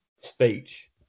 speech